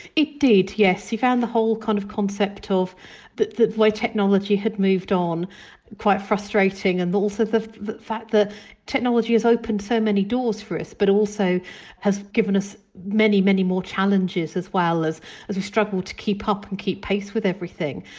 it did, yes, he found the whole kind of concept of but the way technology had moved on quite frustrating and also the the fact that technology has opened so many doors for us but also has given us many, many more challenges as well, as as we struggle to keep up and keep pace with everything.